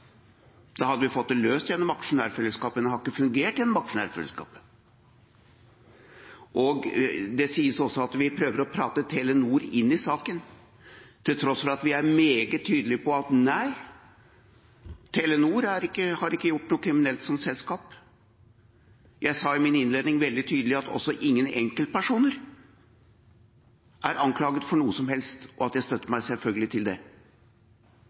Da hadde vi fått det løst gjennom aksjonærfellesskapet, men det har ikke fungert gjennom aksjonærfellesskapet. Det sies også at vi prøver å prate Telenor inn i saken, til tross for at vi er meget tydelige på at nei, Telenor har ikke gjort noe kriminelt som selskap. Jeg sa i min innledning veldig tydelig at ingen enkeltperson er anklaget for noe som helst, og at jeg støtter meg selvfølgelig til det.